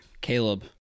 caleb